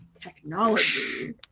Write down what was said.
technology